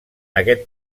aquest